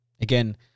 Again